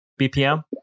BPM